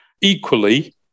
Equally